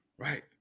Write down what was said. Right